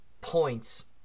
points